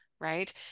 right